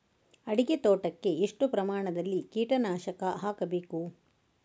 ಅಡಿಕೆ ತೋಟಕ್ಕೆ ಎಷ್ಟು ಪ್ರಮಾಣದಲ್ಲಿ ಕೀಟನಾಶಕ ಹಾಕಬೇಕು?